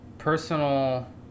personal